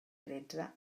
tretze